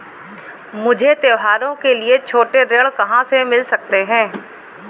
मुझे त्योहारों के लिए छोटे ऋण कहाँ से मिल सकते हैं?